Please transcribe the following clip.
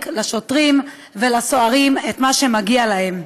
לשוטרים ולסוהרים את מה שמגיע להם.